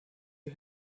who